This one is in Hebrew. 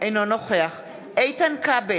אינו נוכח אחמד טיבי, אינו נוכח איתן כבל,